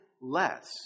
less